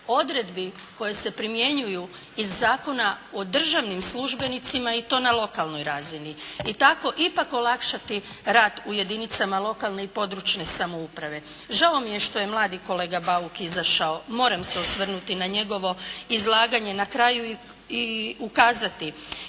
odredbi koje se primjenjuju iz Zakona o državnim službenicima i to na lokalnoj razini. I tako ipak olakšati rad u jedinicama lokalne i područne samouprave. Žao mi je što je mladi kolega Bauk izašao. Moram se osvrnuti na njegovo izlaganje. Na kraju i ukazati